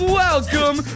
welcome